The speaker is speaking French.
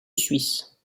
suisse